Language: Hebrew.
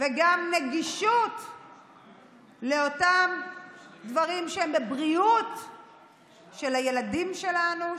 וגם גישה לאותם דברים שהם הבריאות של הילדים שלנו,